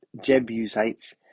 Jebusites